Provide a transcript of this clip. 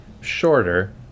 Shorter